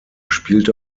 spielte